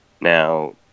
Now